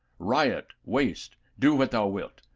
riot, waste, do what thou wilt,